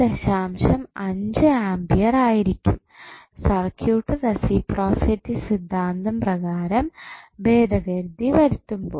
5 ampere ആയിരിക്കും circuit reciprocity സിദ്ധാന്തം പ്രകാരം ഭേദഗതി വരുത്തുമ്പോൾ